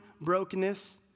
brokenness